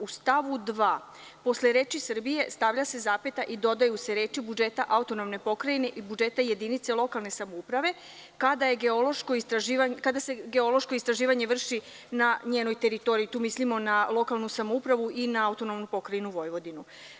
U stavu 2, posle reči: „Srbije“ stavlja se zapeta i dodaju se reči: „budžeta AP i budžeta jedinice lokalne samouprave kada se geološko istraživanje vrši na njenoj teritoriji“, a tu mislimo na lokalnu samoupravu i na Autonomnu pokrajinu Vojvodinu.